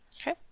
Okay